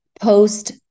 post